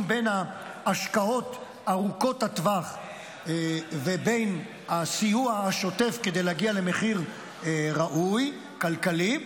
בין ההשקעות ארוכות הטווח ובין הסיוע השוטף כדי להגיע למחיר ראוי כלכלית,